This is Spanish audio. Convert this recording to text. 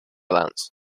dance